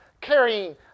carrying